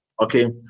okay